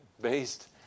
based